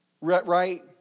Right